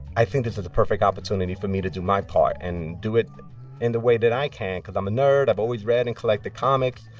i think this is the perfect opportunity for me to do my part and do it in the way that i can because i'm a nerd. i've always read and collected comics.